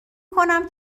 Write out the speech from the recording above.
کنم